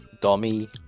Dummy